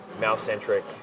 mouse-centric